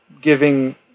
giving